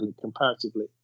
comparatively